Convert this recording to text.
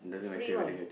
a free one